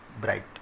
bright